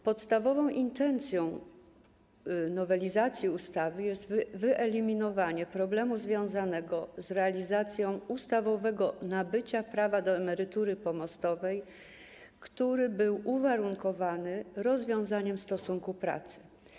Podstawową intencją nowelizacji ustawy jest wyeliminowanie problemu związanego z realizacją ustawowego nabycia prawa do emerytury pomostowej, który był uwarunkowany rozwiązaniem stosunku pracy.